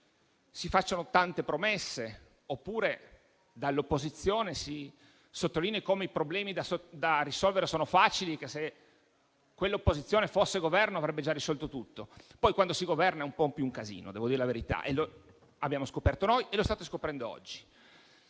si facciano tante promesse, oppure dall'opposizione si sottolinei come i problemi da risolvere siano facili e che, se quell'opposizione fosse al Governo, avrebbe già risolto tutto. Poi, però, quando si governa è un po' più difficile - devo dire la verità - e lo abbiamo scoperto noi e oggi lo state scoprendo anche